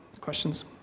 questions